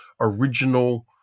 original